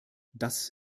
das